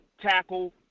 tackle